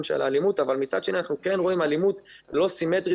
של האלימות אבל מצד שני אנחנו כן רואים אלימות לא סימטרית